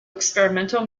experimental